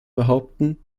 behaupten